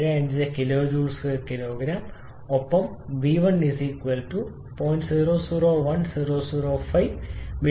001005 m 3 kg h4 2073